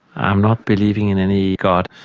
i'm not believing in any god,